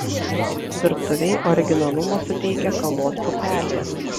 virtuvei originalumo suteikia kavos pupelės